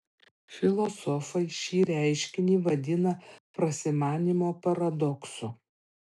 filosofai šį reiškinį vadina prasimanymo paradoksu